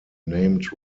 named